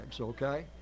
okay